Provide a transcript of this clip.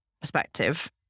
perspective